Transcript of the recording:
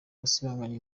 gusibanganya